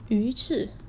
鱼翅